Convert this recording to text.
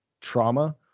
trauma